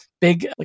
big